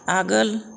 आगोल